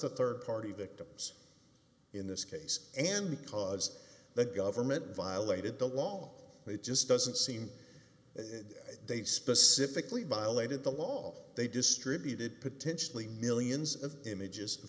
f the rd party victims in this case and because the government violated the law it just doesn't seem that they specifically by lated the law they distributed potentially millions of images of